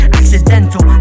accidental